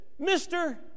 Mr